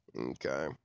Okay